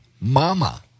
Mama